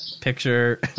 picture